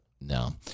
no